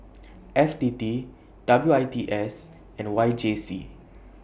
F T T W I T S and Y J C